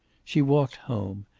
she walked home.